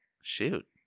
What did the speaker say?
Shoot